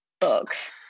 books